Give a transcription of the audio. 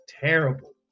terrible